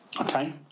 okay